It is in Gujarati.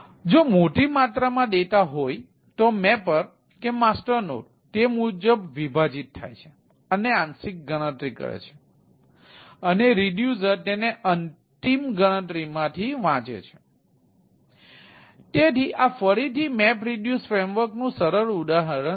તેથી જો મોટી માત્રામાં ડેટા હોય તો મેપર નું સરળ ઉદાહરણ છે